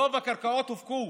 רוב הקרקעות הופקעו.